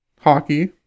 hockey